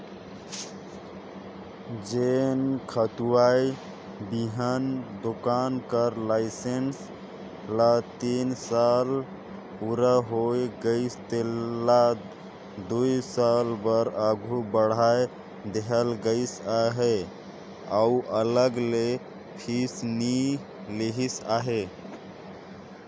जेन खातूए बीहन दोकान कर लाइसेंस ल तीन साल पूरा होए गइस तेला दुई साल बर आघु बढ़ाए देहल गइस अहे अउ अलग ले फीस नी लेहिस अहे